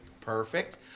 Perfect